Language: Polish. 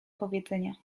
powiedzenia